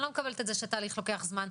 אני לא מקבלת את זה שהתהליך לוקח זמן.